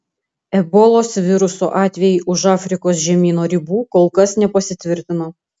ebolos viruso atvejai už afrikos žemyno ribų kol kas nepasitvirtino